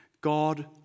God